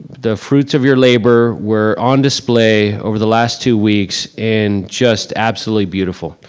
the fruits of your labor were on display over the last two weeks and just absolutely beautiful.